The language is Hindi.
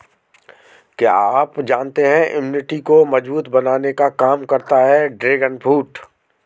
क्या आप जानते है इम्यूनिटी को मजबूत बनाने का काम करता है ड्रैगन फ्रूट?